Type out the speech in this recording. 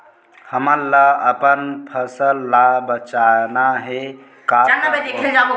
हमन ला अपन फसल ला बचाना हे का करबो?